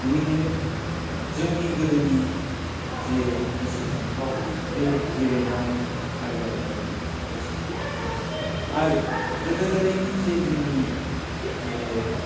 बेनिखायनो जोंनि गोदोनि जे गोसोखांथाव बे गेलेनाय आयदाफ्रानो गोसोखांथावसिन आरो गोदो गोदायनि जे जोंनि जे